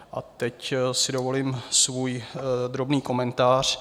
A teď si dovolím svůj drobný komentář.